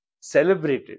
Celebrated